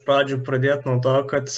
pradžioj pradėt nuo to kad